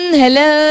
hello